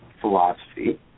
philosophy